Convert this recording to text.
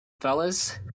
fellas